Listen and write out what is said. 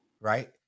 Right